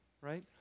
right